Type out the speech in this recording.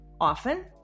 often